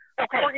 Okay